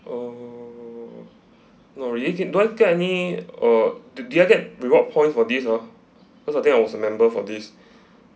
oh no do I get uh any do I get any reward points for this ah cause I think I was a member for this